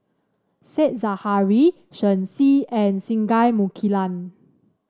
Said Zahari Shen Xi and Singai Mukilan